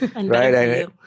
right